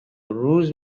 روز